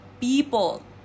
people